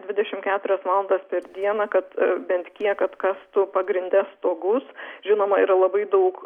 dvidešim keturias valandas per dieną kad bent kiek atkastų pagrinde stogus žinoma yra labai daug